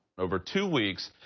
over two weeks,